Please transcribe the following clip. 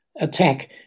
Attack